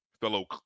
fellow